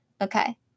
okay